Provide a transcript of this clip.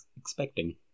expecting